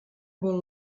vol